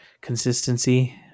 consistency